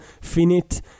finite